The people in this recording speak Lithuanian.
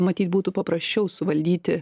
matyt būtų paprasčiau suvaldyti